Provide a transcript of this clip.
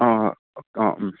অঁ অঁ